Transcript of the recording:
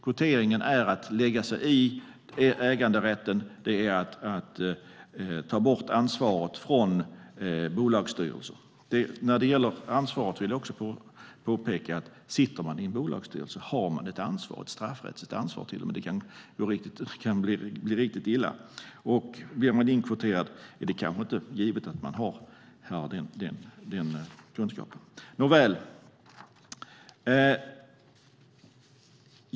Kvotering är att lägga sig i äganderätten och att ta bort ansvaret från bolagsstyrelsen. När det gäller ansvaret vill jag också påpeka att om man sitter i en bolagsstyrelse har man ett straffrättsligt ansvar. Det kan bli riktigt illa. Blir man inkvoterad är det kanske inte givet att man har den kunskapen.